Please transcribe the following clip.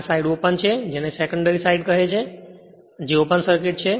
આ side open છે જેને સેકંડરી સાઇડ કહે છે જે ઓપન સર્કિટ છે